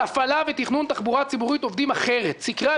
שר התחבורה והבטיחות בדרכים בצלאל סמוטריץ': אז זה לא יהיה אצלי,